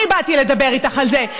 אני באתי לדבר איתך על זה.